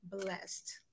blessed